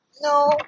No